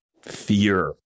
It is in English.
fear